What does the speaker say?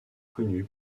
connu